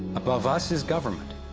above us is government,